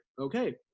Okay